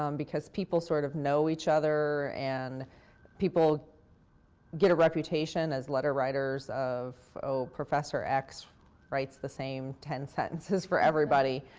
um because people sort of know each other and people get a reputation as letter writers. oh, professor x writes the same ten sentences for everybody.